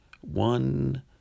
One